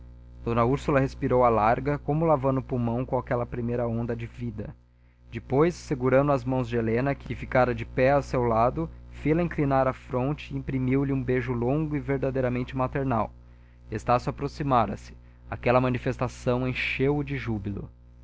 d úrsula respirou à larga como lavando o pulmão com aquela primeira onda de vida depois segurando as mãos de helena que ficara de pé a seu lado fêla indicar a fronte e imprimiu lhe um beijo longo e verdadeiramente maternal estácio aproximara-se aquela manifestação encheu-o de júbilo